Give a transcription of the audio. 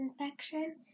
infection